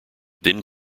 then